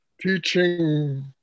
teaching